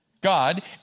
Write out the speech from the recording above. God